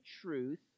truth